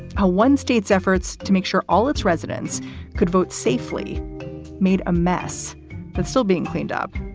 how one state's efforts to make sure all its residents could vote safely made a mess that's still being cleaned up.